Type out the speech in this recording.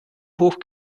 hoch